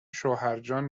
شوهرجان